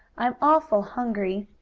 i'm awful hungry!